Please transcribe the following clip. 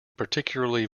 particularly